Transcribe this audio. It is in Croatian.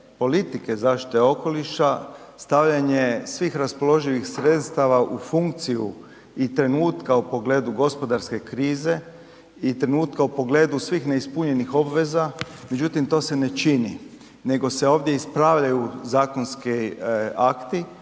politike zaštite okoliša, stavljanje svih raspoloživih sredstava u funkciju i trenutka u pogledu gospodarske krize i trenutka u pogledu svih neispunjenih obveza, međutim, to se ne čini nego se ovdje ispravljaju zakonski akti,